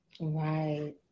Right